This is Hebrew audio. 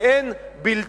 זאת הדרך, ואין בלתה.